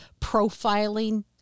profiling